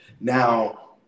Now